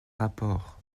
rapport